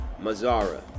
Mazzara